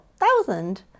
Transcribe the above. thousand